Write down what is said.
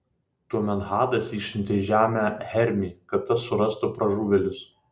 tuomet hadas išsiuntė į žemę hermį kad tas surastų pražuvėlius